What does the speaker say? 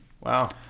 Wow